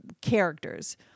characters